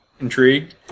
Intrigued